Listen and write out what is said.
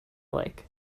lake